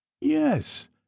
yes